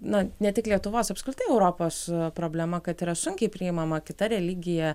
na ne tik lietuvos apskritai europos problema kad yra sunkiai priimama kita religija